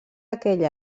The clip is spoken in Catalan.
aquell